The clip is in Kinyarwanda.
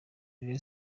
rayon